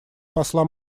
посла